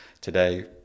today